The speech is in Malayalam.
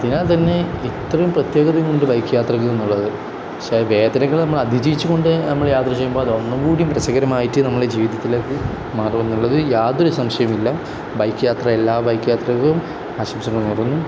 ഇതിനാൽ തന്നെ ഇത്രയും പ്രത്യേകത കൊണ്ട് ബൈക്ക് യാത്രയ്ക്ക് എന്നുള്ളത് പക്ഷേ വേദനകൾ നമ്മൾ അതിജീവിച്ചു കൊണ്ട് നമ്മൾ യാത്ര ചെയ്യുമ്പോൾ അതൊന്നും കൂടി രസകരമായിട്ട് നമ്മുടെ ജീവിതത്തിലേക്ക് മാറും എന്നുള്ളത് യാതൊരു സംശയമില്ല ബൈക്ക് യാത്ര എല്ലാ ബൈക്ക് യാത്രയ്ക്കും ആശംസകൾ നേരുന്നു